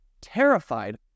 terrified